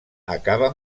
acaba